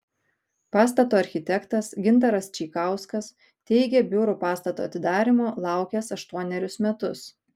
pastato architektas gintaras čeikauskas teigė biurų pastato atidarymo laukęs aštuonerius metus